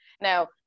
Now